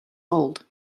old